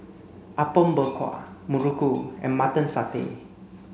Apom Berkuah Muruku and mutton satay